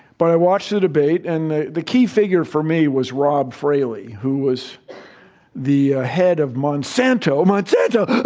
but i watched the debate. and the the key figure for me was rob fraley, who was the head of monsanto. monsanto